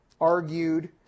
argued